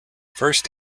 first